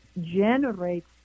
generates